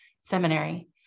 Seminary